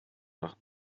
nach